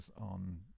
on